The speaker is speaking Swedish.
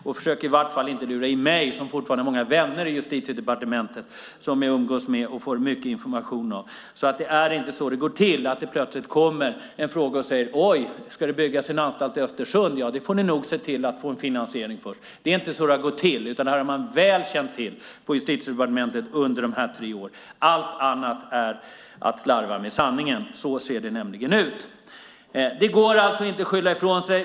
Försök i varje fall inte lura mig, som fortfarande har många vänner i Justitiedepartementet som jag umgås med och får mycket information av. Det är inte så det går till, att det plötsligt kommer en fråga och man säger: "Oj, ska det byggas en anstalt i Östersund? Det får ni nog se till att få finansiering för." Det är inte så det har gått till. Det här har man väl känt till på Justitiedepartementet under dessa tre år. Allt annat är att slarva med sanningen. Så ser det nämligen ut. Det går alltså inte att skylla ifrån sig.